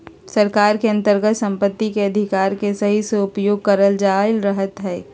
सरकार के अन्तर्गत सम्पत्ति के अधिकार के सही से उपयोग करल जायत रहलय हें